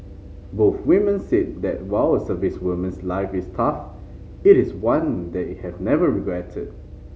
both women said that while a servicewoman's life is tough it is one they have never regretted